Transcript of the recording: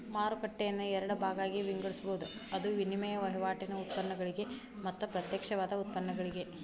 ಮಾರುಕಟ್ಟೆಯನ್ನ ಎರಡ ಭಾಗಾಗಿ ವಿಂಗಡಿಸ್ಬೊದ್, ಅದು ವಿನಿಮಯ ವಹಿವಾಟಿನ್ ಉತ್ಪನ್ನಗಳಿಗೆ ಮತ್ತ ಪ್ರತ್ಯಕ್ಷವಾದ ಉತ್ಪನ್ನಗಳಿಗೆ